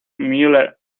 mueller